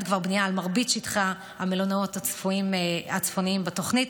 בנייה על מרבית שטחי המלונאות הצפוניים בתוכנית,